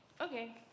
Okay